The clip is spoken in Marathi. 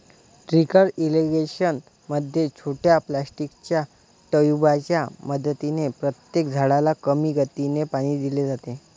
ट्रीकल इरिगेशन मध्ये छोट्या प्लास्टिकच्या ट्यूबांच्या मदतीने प्रत्येक झाडाला कमी गतीने पाणी दिले जाते